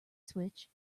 switch